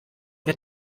wir